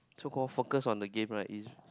so call focus on the game right is